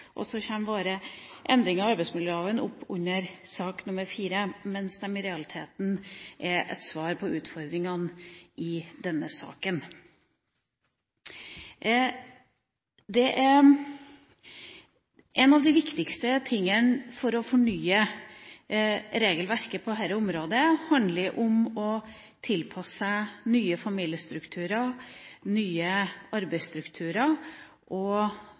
og så kommer våre endringsforslag til arbeidsmiljøloven under sak nr. 4, mens de i realiteten er et svar på utfordringene i denne saken. En av de viktigste tingene for å fornye regelverket på dette området handler om å tilpasse seg nye familiestrukturer, nye arbeidsstrukturer og